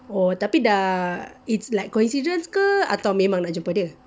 oh tapi dah it's like coincidence ke atau memang nak jumpa dia